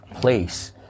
place